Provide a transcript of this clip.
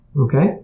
Okay